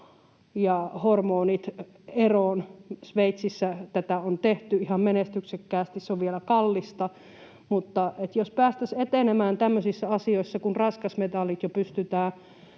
ja hormonit eroon. Sveitsissä tätä on tehty ihan menestyksekkäästi. Se on vielä kallista, mutta jos päästäisiin etenemään tämmöisissä asioissa, kun raskasmetallit jo pystytään